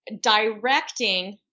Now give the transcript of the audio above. directing